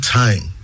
time